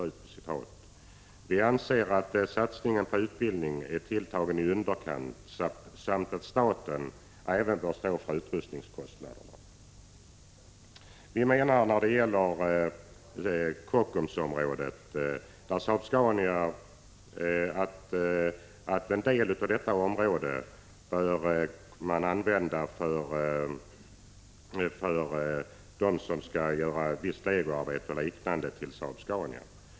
Folkpartiet anser att satsningen på utbildning är tilltagen i underkant samt att staten även bör stå för utrustningskostnaderna. Vi anser att en del av Kockumsområdet bör användas för dem som skall göra visst legoarbete och liknande till Saab-Scania.